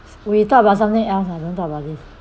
we talk about something else I don't talk about this